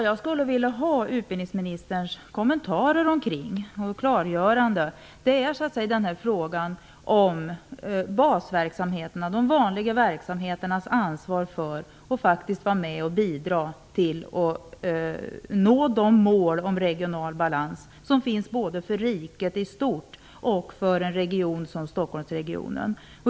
Jag skulle vilja ha utbildningsministerns kommentarer till och klargörande av basverksamheternas, de vanliga verksamheternas, ansvar för att vara med och bidra till att nå de mål om regional balans som finns både för riket i stort och för en region som Stockholmsregionen.